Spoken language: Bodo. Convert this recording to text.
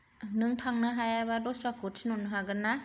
नों थांनो हायाबा दस्राखौ थिनहरनो हागोन ना